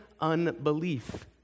unbelief